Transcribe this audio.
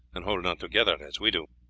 and hold not together as we do.